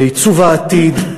לעיצוב העתיד.